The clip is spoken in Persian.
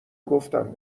گفتم